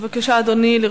בבקשה, אדוני.